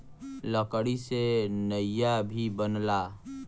लकड़ी से नइया भी बनला